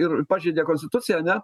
ir pažeidė konstituciją ane